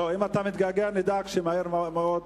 לא, אם אתה מתגעגע, נדאג שמהר מאוד,